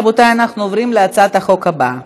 רבותי, אנחנו עוברים להצעת החוק הבאה,